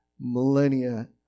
millennia